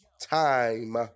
time